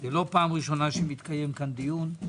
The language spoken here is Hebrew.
זה לא פעם ראשונה שמתקיים פה דיון.